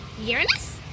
Uranus